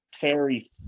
Terry